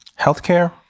healthcare